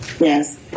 Yes